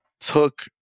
took